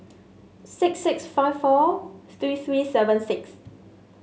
six six five four three three seven six